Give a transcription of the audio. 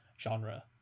genre